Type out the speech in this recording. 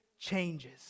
changes